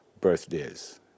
birthdays